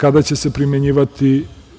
kada će se